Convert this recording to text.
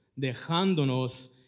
dejándonos